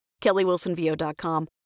kellywilsonvo.com